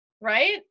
Right